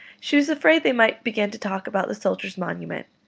she was afraid they might begin to talk about the soldiers' monument.